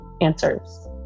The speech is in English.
answers